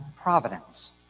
providence